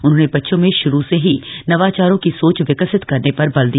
उन्होंने बच्चो में शुरू से ही नवाचारों की सोच विकसित करने पर बल दिया